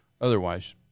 otherwise